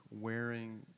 wearing